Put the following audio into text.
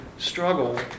Struggle